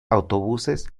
autobuses